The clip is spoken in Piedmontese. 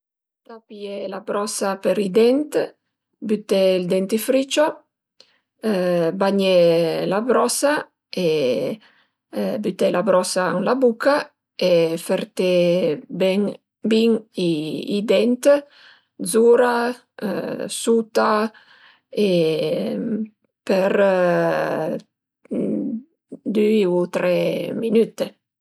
Ëntà pìé la brosa për i dent, büté ël dentifricio, bagné la brosa e büté la brosa ën la buca e fërté ben bin i dent zura, suta për düi u tre minüte